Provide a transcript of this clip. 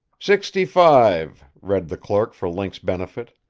sixty-five, read the clerk for link's benefit.